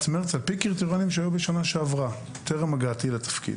מרץ על פי קריטריונים שהיו בשנה שעברה טרם הגעתי לתפקיד.